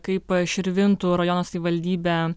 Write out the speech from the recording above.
kaip širvintų rajono savivaldybė